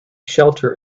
shelter